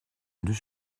deux